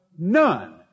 None